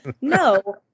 No